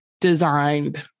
designed